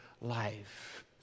life